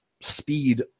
speed